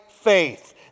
faith